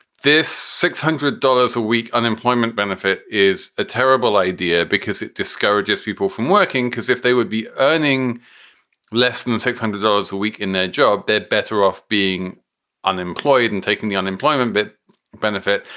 this six hundred dollars a week unemployment benefit is a terrible idea because it discourages people from working, because if they would be earning less than six hundred dollars a week in their job, they're better off being unemployed and taking the unemployment but benefit.